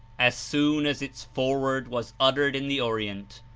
as soon as its foreword was uttered in the orient,